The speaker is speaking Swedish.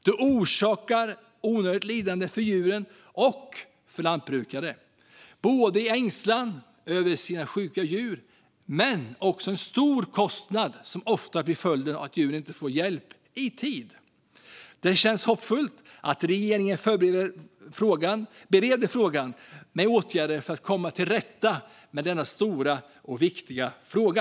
Det orsakar onödigt lidande både för djuren och för lantbrukaren. För lantbrukaren handlar det både om ängslan över sjuka djur och om den stora kostnad som ofta blir följden av att djur inte får hjälp i tid. Det känns hoppfullt att regeringen bereder åtgärder för att komma till rätta med denna stora och viktiga fråga.